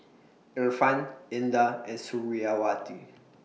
Irfan Indah and Suriawati